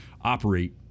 operate